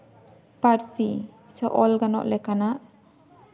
ᱯᱟᱹᱨᱥᱤ ᱥᱮ ᱚᱞ ᱜᱟᱱᱚᱜ ᱞᱮᱠᱟᱱᱟᱜ